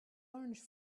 orange